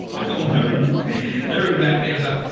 i will never be never be back at amazon.